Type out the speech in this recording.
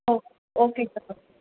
O okay sir